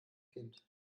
kind